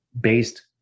based